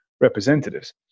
representatives